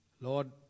Lord